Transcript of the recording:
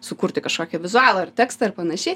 sukurti kažkokį vizualą ar tekstą ar panašiai